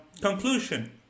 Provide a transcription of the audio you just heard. conclusion